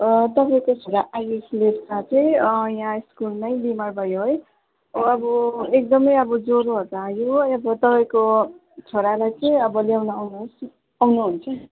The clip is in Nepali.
तपाईँको छोरा आयुष लेप्चा चाहिँ यहाँ स्कुलमै बिमार भयो है अब एकदमै अब ज्वरोहरू आयो तपाईँको छोरालाई चाहिँ अब लिनु आउनुहोस् आउनुहुन्छ